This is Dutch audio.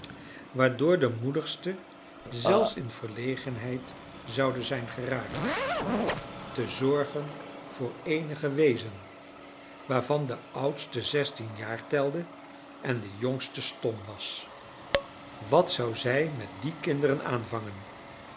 waardoor de moedigsten zelfs in verlegenheid zouden zijn geraakt te zorgen voor eenige weezen waarvan de oudste zestien jaar telde en de jongste stom was wat zou zij met die kinderen aanvangen